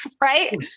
right